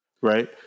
Right